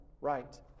right